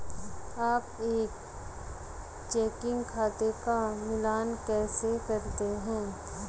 आप एक चेकिंग खाते का मिलान कैसे करते हैं?